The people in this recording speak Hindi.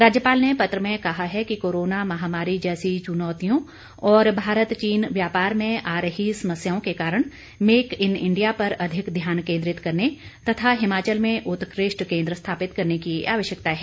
राज्यपाल ने पत्र में कहा है कि कोरोना महामारी जैसी चुनौतियों और भारत चीन व्यापार में आ रही समस्याओं के कारण मेक इन इंडिया पर अधिक ध्यान केंद्रित करने तथा हिमाचल में उत्कृष्ट केंद्र स्थापित करने की आवश्यकता है